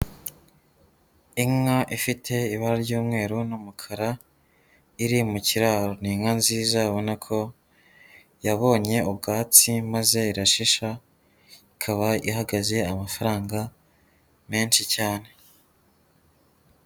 Inka ifite ibara ry'umweru n'umukara iri mu kiraro, ni inka nziza ubona ko yabonye ubwatsi maze irashisha ikaba ihagaze amafaranga menshi cyane.